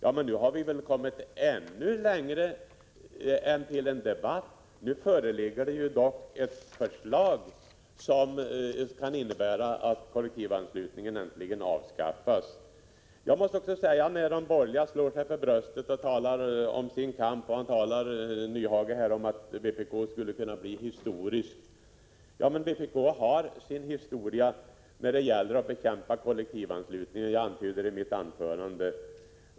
Och nu har vi ju kommit ännu längre än till en debatt. Nu föreligger ändå ett förslag som kan innebära att kollektivanslutningen äntligen avskaffas. Jag måste också säga några ord med anledning av att de borgerliga slår sig för bröstet och talar om sin kamp. Hans Nyhage talar om att vpk skulle kunna bli historiskt. Vpk har sin historia när det gäller att bekämpa kollektivanslutningen. Jag antydde detta i mitt anförande.